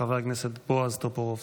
חבר הכנסת בועז טופורובסקי.